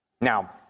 Now